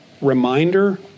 reminder